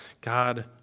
God